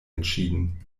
entschieden